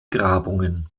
grabungen